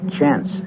Chance